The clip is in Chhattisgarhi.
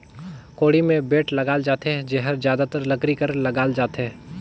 कोड़ी मे बेठ लगाल जाथे जेहर जादातर लकरी कर लगाल जाथे